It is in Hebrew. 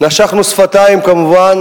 נשכנו שפתיים כמובן,